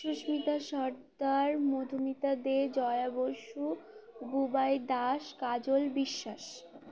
Susmita Sardar Madhumita De Jaya Basu Gubai Das Kajal Biswas